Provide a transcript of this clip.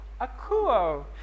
akuo